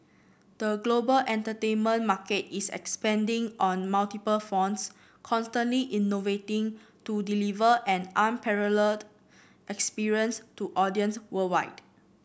the global entertainment market is expanding on multiple fronts constantly innovating to deliver an unparalleled experience to audiences worldwide